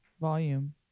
volume